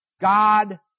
God